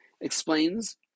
explains